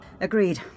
Agreed